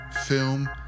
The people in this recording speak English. film